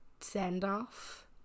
send-off